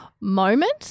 moment